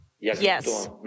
Yes